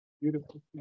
Beautiful